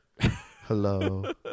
Hello